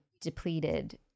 depleted